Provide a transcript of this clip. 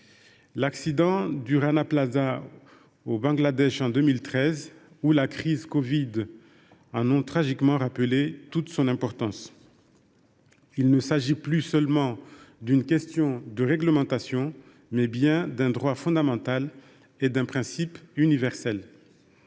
l’accident du Rana Plaza au Bangladesh en 2013 ou la crise du covid 19 en ayant tragiquement rappelé toute l’importance. Il s’agira non plus seulement d’une question de réglementation, mais bien d’un droit fondamental et d’un principe universel.